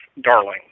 darling